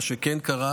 מה כן קרה?